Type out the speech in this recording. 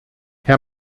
herr